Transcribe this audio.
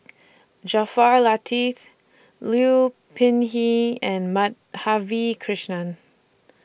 Jaafar Latiff Liu Peihe and Madhavi Krishnan